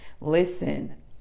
Listen